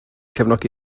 cefnogi